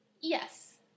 Yes